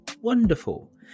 wonderful